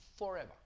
forever